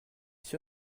sûr